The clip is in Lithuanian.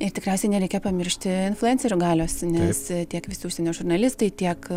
ir tikriausiai nereikia pamiršti influencerių galios nes tiek visi užsienio žurnalistai tiek